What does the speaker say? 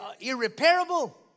irreparable